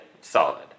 solid